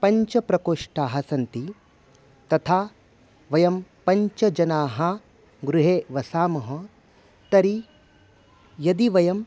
पञ्चप्रकोष्ठाः सन्ति तथा वयं पञ्चजनाः गृहे वसामः तर्हि यदि वयम्